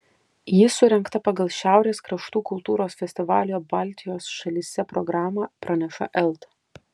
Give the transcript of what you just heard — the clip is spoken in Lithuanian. ji surengta pagal šiaurės kraštų kultūros festivalio baltijos šalyse programą praneša elta